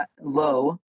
low